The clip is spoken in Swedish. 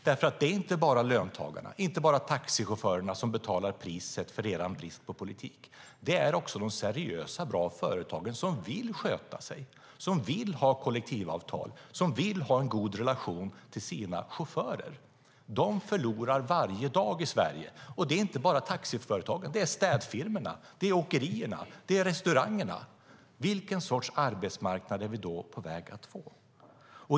Det är inte bara löntagarna och taxichaufförerna som betalar priset för er brist på politik, utan det är också de seriösa, bra företagen som vill sköta sig, som vill ha kollektivavtal, som vill ha en god relation till sina chaufförer. De förlorar varje dag i Sverige, och det gäller inte bara taxiföretagen, utan det gäller också städfirmorna, åkerierna, restaurangerna. Vilken sorts arbetsmarknad är vi då på väg att få?